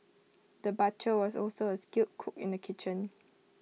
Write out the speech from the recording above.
the butcher was also A skilled cook in the kitchen